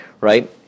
right